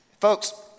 Folks